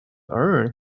earn